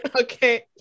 Okay